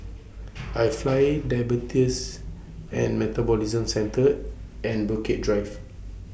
IFly Diabetes and Metabolism Centre and Bukit Drive